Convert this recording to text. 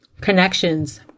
connections